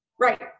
Right